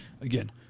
again